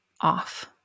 off